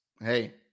Hey